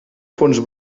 fons